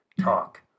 talk